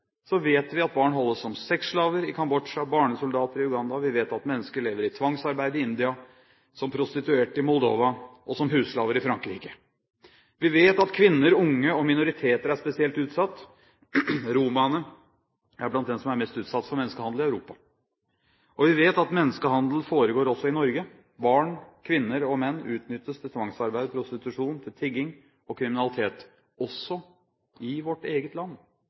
Vi vet at barn holdes som sexslaver i Kambodsja, som barnesoldater i Uganda. Vi vet at mennesker lever i tvangsarbeid i India, som prostituerte i Moldova og som husslaver i Frankrike. Vi vet at kvinner, unge og minoriteter er spesielt utsatt. Romene er blant dem som er mest utsatt for menneskehandel i Europa. Vi vet at menneskehandel foregår også i Norge. Barn, kvinner og menn utnyttes til tvangsarbeid, prostitusjon, til tigging og kriminalitet – også i vårt eget land.